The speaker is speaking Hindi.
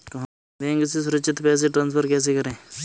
बैंक से सुरक्षित पैसे ट्रांसफर कैसे करें?